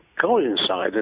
coincided